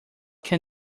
can